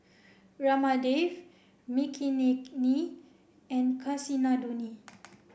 Ramdev Makineni and Kasinadhuni